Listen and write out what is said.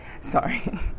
Sorry